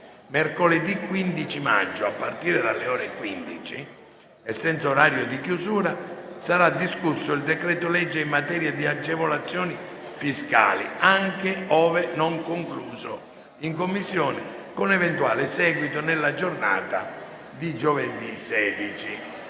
Mercoledì 15 maggio, a partire dalle ore 15 e senza orario di chiusura, sarà discusso il decreto-legge in materia di agevolazioni fiscali, anche ove non concluso in Commissione, con eventuale seguito nella giornata di giovedì 16.